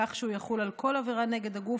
כך שהוא יחול על כל עבירה נגד הגוף,